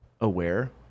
aware